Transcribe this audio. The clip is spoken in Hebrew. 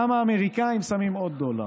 גם האמריקנים שמים עוד דולר.